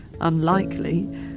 unlikely